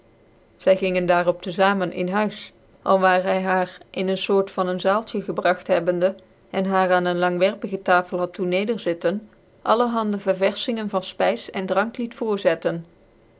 zy gingen daarop te zamen in huis alwaar hy h nr in een foort van een taaltje gebragt hebbende en haar aan een langwerpige tafel had doen ncderzitten allerhande ververfingen van fpvs en drank liet voorzetten